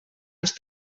ens